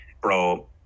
bro